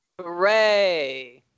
Hooray